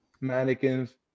Mannequins